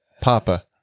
Papa